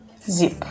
zip